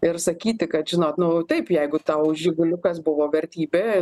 ir sakyti kad žinot nu taip jeigu tau žiguliukas buvo vertybė